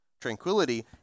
Tranquility